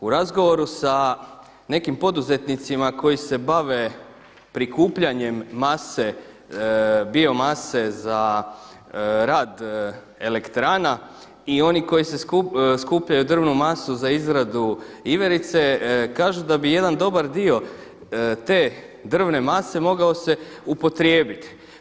U razgovoru s nekim poduzetnicima koji se bave prikupljanjem bio-mase za rad elektrana i oni koji skupljaju drvnu masu za izradu iverice, kažu da bi jedan dobar dio te drvne mase mogao se upotrijebiti.